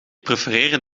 prefereren